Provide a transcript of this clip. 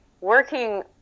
working